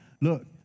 Look